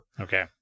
Okay